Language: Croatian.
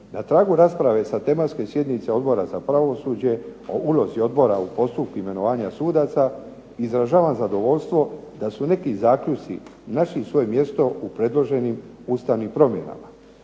Na tragu rasprave sa tematske sjednice Odbora za pravosuđe o ulozi odbora u postupku imenovanja sudaca izražavam zadovoljstvo da su neki zaključci našli svoje mjesto u predloženim ustavnim promjenama.